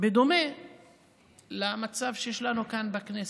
בדומה למצב שיש לנו כאן בכנסת.